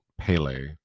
Pele